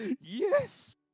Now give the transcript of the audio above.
Yes